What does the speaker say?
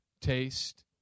Taste